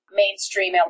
mainstream